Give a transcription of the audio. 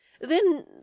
Then